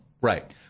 Right